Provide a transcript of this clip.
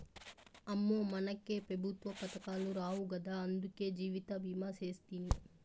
అమ్మో, మనకే పెఋత్వ పదకాలు రావు గదా, అందులకే జీవితభీమా సేస్తిని